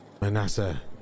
Manasseh